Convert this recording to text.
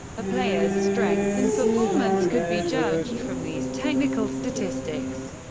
a player's strength and performance could be judged from these technical statistics.